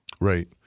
Right